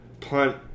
punt